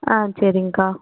ஆ செரிங்க்கா